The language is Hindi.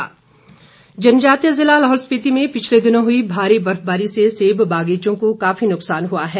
नुकसान जनजातीय ज़िला लाहौल स्पिति में पिछले दिनों हुई भारी बर्फबारी से सेब बागीचों को काफी नुकसान हुआ है